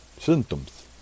symptoms